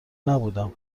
نبودم